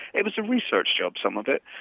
it was a research job, some of it.